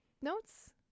notes